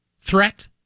threat